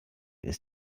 ist